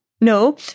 No